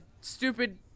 stupid